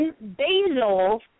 Basil